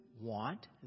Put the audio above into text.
want